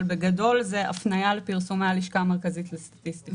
אבל בגדול זה הפניה לפרסומי הלשכה המרכזית לסטטיסטיקה.